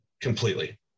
completely